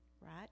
right